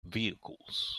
vehicles